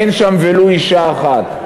אין שם ולו אישה אחת,